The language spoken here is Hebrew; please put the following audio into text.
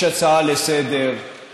יש הצעה לסדר-היום,